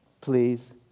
Please